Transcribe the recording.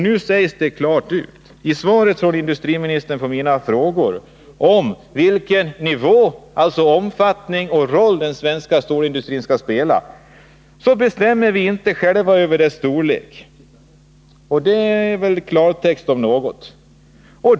I industriministerns svar på min interpellation sägs det klart ut vilken omfattning den svenska industrin skall ha och vilken roll den skall spela. I klartext betyder det att vi inte själva skall bestämma över dess storlek.